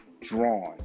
drawn